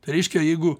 reiškia jeigu